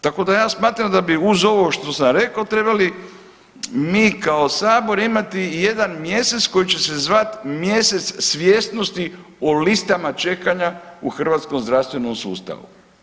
Tako da ja smatram da bi uz ovo što sam rekao trebali mi kao Sabor imati jedan mjesec koji će se zvati mjesec svjesnosti o listama čekanja u hrvatskom zdravstvenom sustavu.